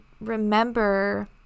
remember